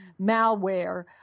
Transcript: malware